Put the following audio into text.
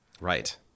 Right